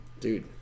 Dude